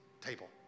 table